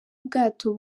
bwato